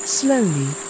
slowly